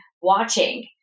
watching